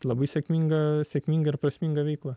labai sėkminga sėkminga ir prasminga veikla